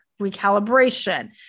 recalibration